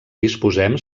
disposem